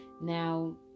Now